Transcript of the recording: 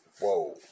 whoa